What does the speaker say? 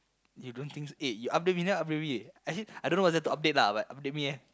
you don't think eh you update me never update me actually I don't know what is there to update lah but update me leh